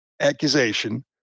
accusation